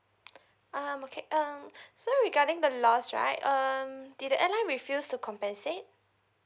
um okay um so regarding the loss right um did the airline refuse to compensate